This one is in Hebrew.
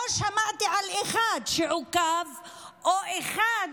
לא שמעתי על אחד שעוכב או על אחד